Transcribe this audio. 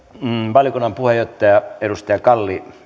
valiokunnan puheenjohtaja edustaja kalli